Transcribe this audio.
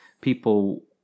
people